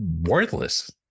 worthless